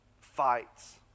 fights